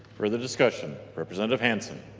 further discussion? representative hansen